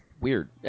weird